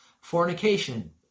fornication